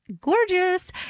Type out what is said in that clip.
gorgeous